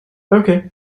okay